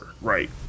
Right